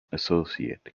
associate